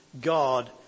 God